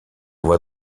voit